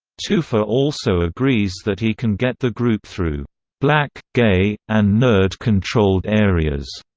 toofer also agrees that he can get the group through black, gay, and nerd-controlled areas.